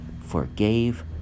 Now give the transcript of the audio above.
forgave